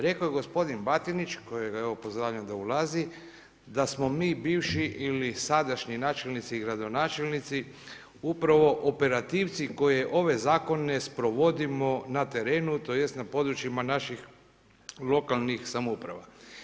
Rekao je gospodin Batinić, kojega evo pozdravljam da ulazi, da smo mi bivši ili sadašnji načelnici i gradonačelnici upravo operativci koje ove zakone sprovodimo na terenu tj. na područjima naših lokalnih samouprava.